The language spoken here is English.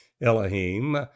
Elohim